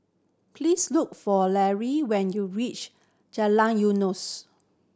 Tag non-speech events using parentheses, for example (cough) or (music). please look for (unintelligible) when you reach Jalan Eunos